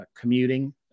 commuting